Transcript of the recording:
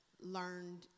learned